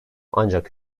ancak